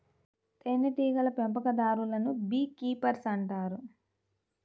తేనెటీగల పెంపకందారులను bee keepers అంటారు